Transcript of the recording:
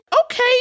Okay